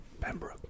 Pembroke